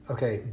Okay